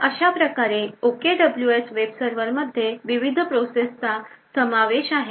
तर अशाप्रकारे OKWS web server मध्ये विविध प्रोसेसचा समावेश आहे